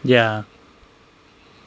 ya